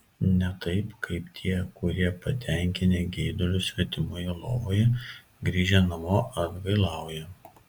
ne taip kaip tie kurie patenkinę geidulius svetimoje lovoje grįžę namo atgailauja